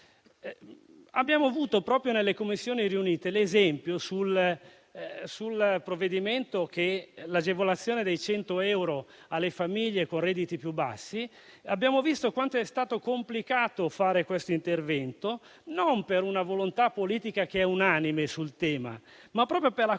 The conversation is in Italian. unici. Proprio nelle Commissioni riunite, a proposito dell'agevolazione di 100 euro per le famiglie con redditi più bassi, abbiamo visto quanto è stato complicato fare questo intervento, non per una volontà politica (che è unanime sul tema), ma per la